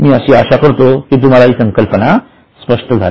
मी अशी आशा करतो की तुम्हाला ही संकल्पना स्पष्ट झाली असेल